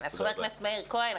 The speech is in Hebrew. חבר הכנסת מאיר כהן,